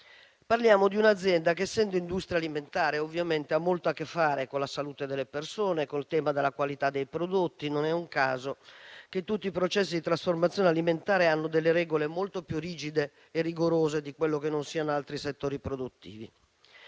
Parliamo di un'azienda che essendo industria alimentare ovviamente ha molto a che fare con la salute delle persone e con il tema della qualità dei prodotti. Non è un caso che tutti i processi di trasformazione alimentare abbiano regole molto più rigide e rigorose di quelle presenti in altri settori produttivi.